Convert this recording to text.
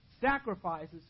sacrifices